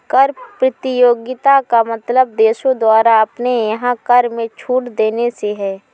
कर प्रतियोगिता का मतलब देशों द्वारा अपने यहाँ कर में छूट देने से है